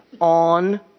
on